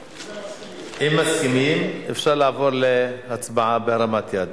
סעיף 2. סעיף 2, כהצעת הוועדה,